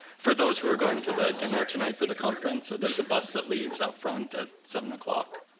for those who are going to the dinner tonight for the conference, there's a bus that leaves out front at seven o'clock.